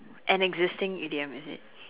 an existing idiom is it